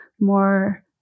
more